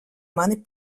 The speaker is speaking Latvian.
mani